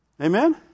Amen